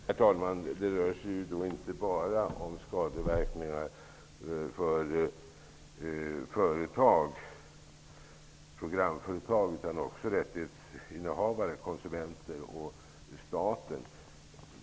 Herr talman! Det rör sig inte bara om skadeverkningar för programföretag utan också för rättighetsinnehavare, konsumenter och staten.